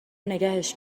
نگهش